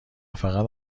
فقط